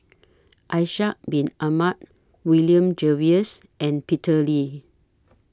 Ishak Bin Ahmad William Jervois and Peter Lee